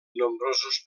nombrosos